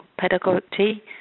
pedagogy